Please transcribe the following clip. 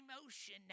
emotion